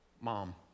mom